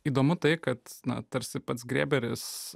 įdomu tai kad na tarsi pats grėberis